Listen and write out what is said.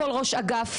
כל ראש אגף,